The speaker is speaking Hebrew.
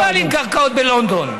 הרי הם לא גואלים קרקעות בלונדון,